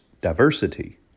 diversity